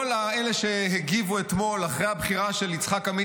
כל אלה שהגיבו אתמול אחרי הבחירה של יצחק עמית